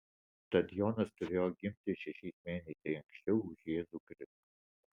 tad jonas turėjo gimti šešiais mėnesiais anksčiau už jėzų kristų